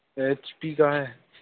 H पी का है